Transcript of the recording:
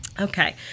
Okay